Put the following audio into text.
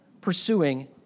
pursuing